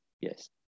Yes